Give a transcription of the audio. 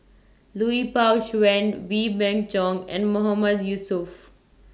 Lui Pao Chuen Wee Beng Chong and Mahmood Yusof